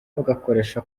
ugakoresha